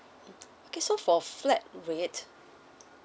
okay so for flat rate